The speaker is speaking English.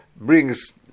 brings